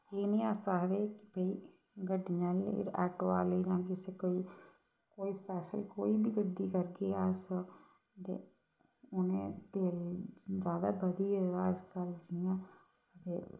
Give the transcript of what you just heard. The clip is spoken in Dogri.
एह् नी अस आखदे के गड्डियें आह्ले जां आटो आह्ले जां कुसै कोई स्पैशल कोई बी गड्डी करगे अस ते उ'नें तेल ज्यादा बधी गेदा अज्जकल जियां ते